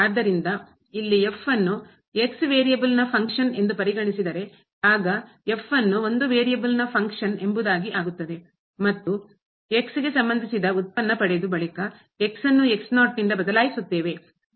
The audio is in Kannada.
ಆದ್ದರಿಂದ ಇಲ್ಲಿ ನ್ನು ವೇರಿಯೇಬಲ್ನ ಅಸ್ಥಿರದ ಫಂಕ್ಷನ್ ಕಾರ್ಯ ಎಂದು ಪರಿಗಣಿಸಿದರೆ ಆಗ ನ್ನು ಒಂದು ವೇರಿಯೇಬಲ್ನ ಅಸ್ಥಿರದ ಫಂಕ್ಷನ್ ಕಾರ್ಯ ಎಂಬುದಾಗಿ ಆಗುತ್ತದೆ ಮತ್ತು ಗೆ ಸಂಬಂಧಿಸಿದ ಉತ್ಪನ್ನ ಪಡೆದು ಬಳಿಕ ನ್ನು ನಿಂದ ಬದಲಾಯಿಸುತ್ತೇವೆ